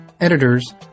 editors